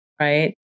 right